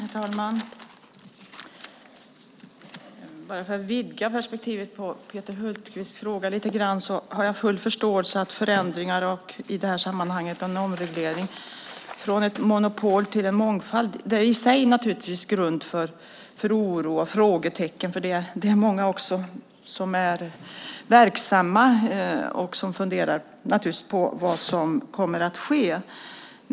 Herr talman! Låt mig vidga perspektivet i Peter Hultqvists fråga lite grann. Jag har full förståelse för att förändringar och i detta sammanhang en omreglering från monopol till mångfald är grund för oro och frågetecken. Många som är verksamma funderar över vad som kommer att ske.